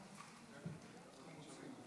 חמוץ.